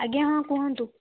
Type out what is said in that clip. ଆଜ୍ଞା ହଁ କୁହନ୍ତୁ